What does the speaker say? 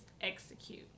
execute